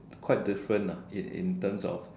quite different lah in terms of